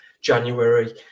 january